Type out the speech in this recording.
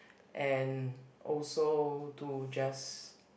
and also to just